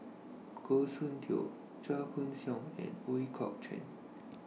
Goh Soon Tioe Chua Koon Siong and Ooi Kok Chuen